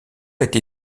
été